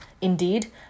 Indeed